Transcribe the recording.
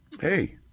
hey